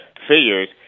figures